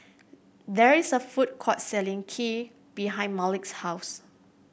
there is a food court selling Kheer behind Malik's house